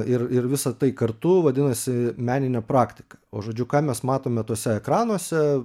ir ir visa tai kartu vadinasi meninė praktika o žodžiu ką mes matome tuose ekranuose